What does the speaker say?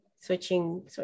switching